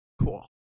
Cool